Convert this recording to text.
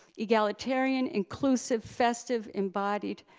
egalitarian, inclusive, festive, embodied,